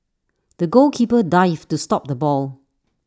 the goalkeeper dived to stop the ball